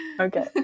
Okay